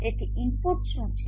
તેથી ઇનપુટ્સ શું છે